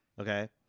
Okay